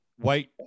White